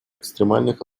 экстремальных